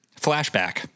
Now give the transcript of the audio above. Flashback